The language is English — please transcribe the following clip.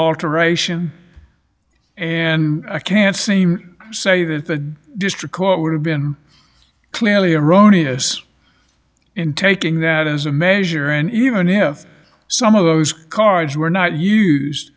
alteration and can't seem to say that the district court would have been clearly erroneous in taking that as a measure and even if some of those cards were not used